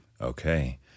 Okay